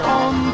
on